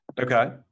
Okay